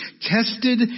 tested